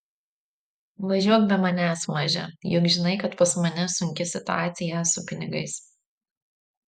važiuok be manęs maže juk žinai kad pas mane sunki situaciją su pinigais